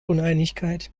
uneinigkeit